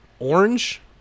Orange